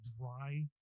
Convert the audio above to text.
dry